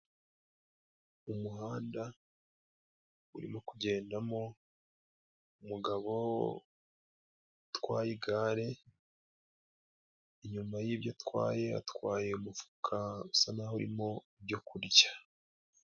Umuhanda urimo kugendamo umugabo utwaye igare, inyuma y'ibyo atwaye, atwaye umufuka usa n'aho urimo ibyo kurya.